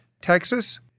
Texas